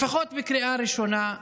לפחות בקריאה ראשונה,